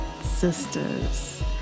sisters